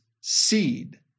seed